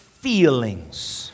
feelings